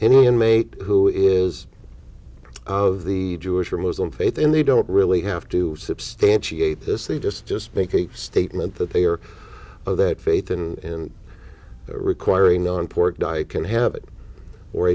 any inmate who is of the jewish or muslim faith in they don't really have to substantiate this they just just make a statement that they are of that faith and requiring on poor diet can have it or